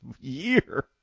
year